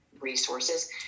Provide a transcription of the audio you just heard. resources